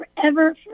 forever